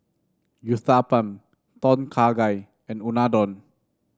Uthapam Tom Kha Gai and Unadon